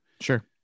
sure